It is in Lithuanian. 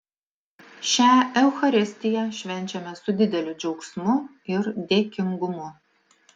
šią eucharistiją švenčiame su dideliu džiaugsmu ir dėkingumu